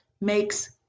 makes